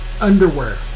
underwear